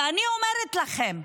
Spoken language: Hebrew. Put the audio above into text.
ואני אומרת לכם,